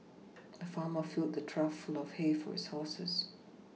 the farmer filled a trough full of hay for his horses